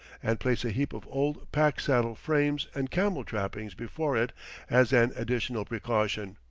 and place a heap of old pack-saddle frames and camel-trappings before it as an additional precaution.